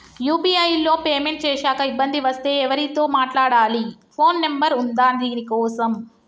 UPI లో payment చేశాక ఇబ్బంది వస్తే ఎవరితో మాట్లాడాలి? ఫోన్ నంబర్ ఉందా దీనికోసం?